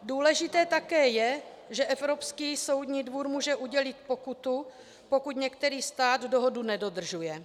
Důležité také je, že Evropský soudní dvůr může udělit pokutu, pokud některý stát dohodu nedodržuje.